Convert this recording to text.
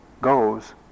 goes